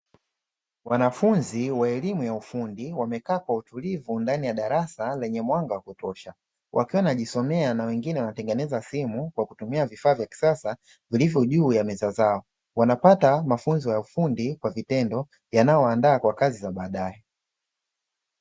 Wanafunzi wa elimu ya ufundi wamekaa kwa utulivu ndani ya darasa lenye mwanga wa kutosha, wakiwa wanajisomea na wengine wanatengeneza simu kwa kutumia vifaa vya kisasa vilivyo juu ya meza zao. Wanapata mafunzo ya ufundi kwa vitendo yanayowaandaa kwa kazi za baadaye.